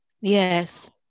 Yes